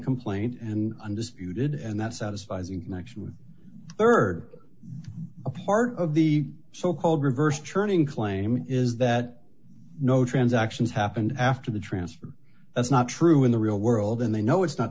complaint and undisputed and that satisfies in connection with rd part of the so called reverse churning claim is that no transactions happened after the transfer that's not true in the real world and they know it's not